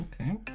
Okay